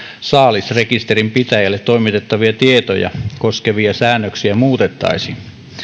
saalisrekisterin pitäjälle toimitettavia tietoja koskevia säännöksiä muutettaisiin